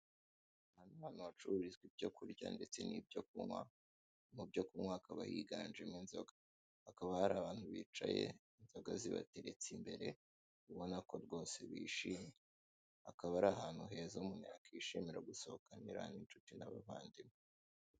Ahantu hacururizwa ibyo kurya ndetse n'ibyo kunywa mu byo kunywa hakaba higanjemo inzoga haba hari abantu bicaye, inzoga zibateretse imbere ubona ko rwose bishimye, akaba ari ahantu heza umuntu yakwishimira gusohokana n'inshuti n'abavandimwe.